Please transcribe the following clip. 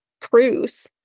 cruise